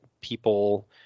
people